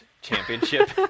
championship